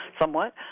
somewhat